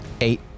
Eight